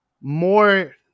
more